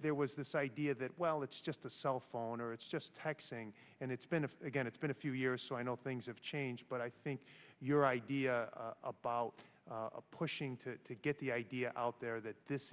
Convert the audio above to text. there was this idea that well it's just a cell phone or it's just taxing and it's been a again it's been a few years so i know things have changed but i think your idea about pushing to get the idea out there that this